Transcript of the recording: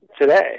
today